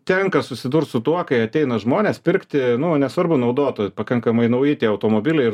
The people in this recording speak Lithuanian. tenka susidurt su tuo kai ateina žmonės pirkti nu nesvarbu naudotų pakankamai nauji tie automobiliai ir